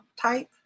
type